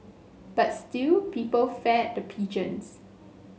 but still people fed the pigeons